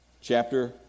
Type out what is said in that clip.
chapter